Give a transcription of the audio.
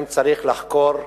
אם צריך לחקור,